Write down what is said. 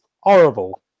horrible